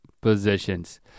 positions